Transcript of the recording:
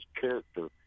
character